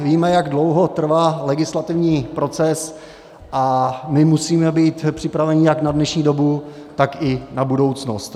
Víme, jak dlouho trvá legislativní proces, a my musíme být připraveni jak na dnešní dobu, tak i na budoucnost.